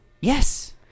Yes